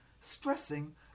stressing